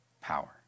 power